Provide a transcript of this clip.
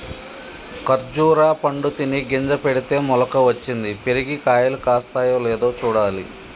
ఖర్జురా పండు తిని గింజ పెడితే మొలక వచ్చింది, పెరిగి కాయలు కాస్తాయో లేదో చూడాలి